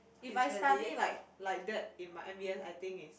if I study like like that in my N_P_S I think is